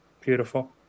Beautiful